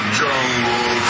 jungle